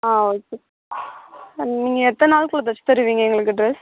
ஆ okay நீங்கள் எத்தனை நாள்க்குள்ளே தச்சித் தருவீங்க எங்களுக்கு ட்ரெஸ்